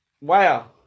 Wow